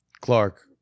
Clark